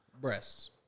Breasts